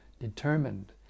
determined